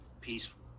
peaceful